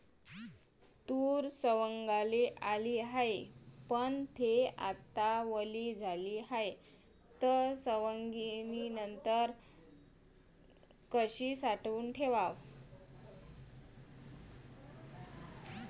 तूर सवंगाले आली हाये, पन थे आता वली झाली हाये, त सवंगनीनंतर कशी साठवून ठेवाव?